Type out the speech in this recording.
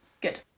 Good